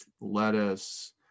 lettuce